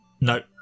No